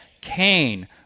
Cain